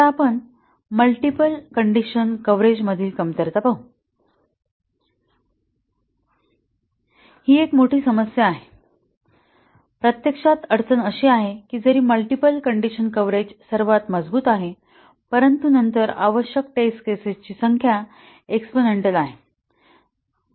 आता आपण multiple condition coverage मधील कमतरता पाहू ही एक मोठी समस्या आहे प्रत्यक्षात अडचण अशी आहे की जरी मल्टिपल कंडिशन कव्हरेज सर्वात मजबूत आहे परंतु नंतर आवश्यक टेस्ट केसेस ची संख्या एक्सपोनेंटल आहे